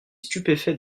stupéfait